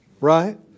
right